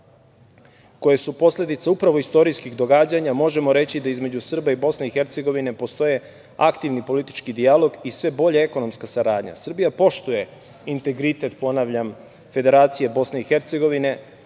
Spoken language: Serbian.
koje su posledice upravo istorijskih događanja možemo reći da između Srba i Bosne i Hercegovine postoje aktivni politički dijalog i sve bolja ekonomka saradnja. Srbija poštuje integritet, ponavljam, Federacije Bosne i Hercegovine,